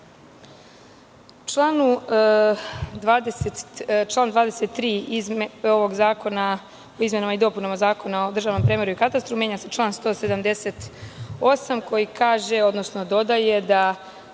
o izmenama i dopunama Zakona o državnom premeru i katastru menja se član 178 koji kaže, odnosno dodaje da